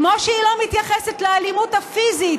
כמו שהיא לא מתייחסת לאלימות הפיזית